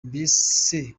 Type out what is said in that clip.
mbese